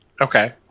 Okay